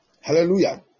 Hallelujah